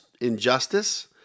injustice